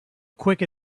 quicker